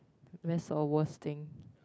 best or worst thing